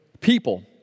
people